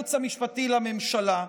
הייעוץ הממשלתי לממשלה,